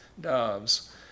doves